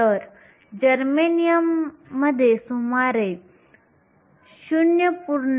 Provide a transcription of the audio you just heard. तर जर्मेनियममध्ये सुमारे 0